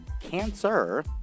cancer